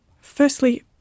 Firstly